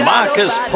Marcus